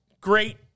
great